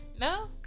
No